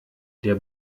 der